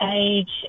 age